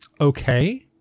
Okay